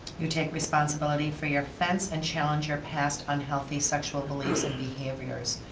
you take responsibility for your offense, and challenge your past unhealthy sexual beliefs and behaviors.